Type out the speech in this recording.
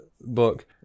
book